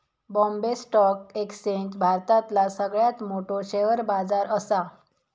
Bombay stock exchange भारतातला सगळ्यात मोठो शेअर बाजार असा